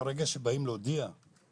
מהרגע שמודיעים